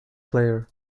player